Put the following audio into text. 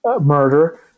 murder